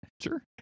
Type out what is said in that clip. Sure